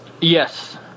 Yes